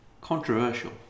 Controversial